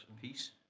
Peace